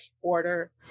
order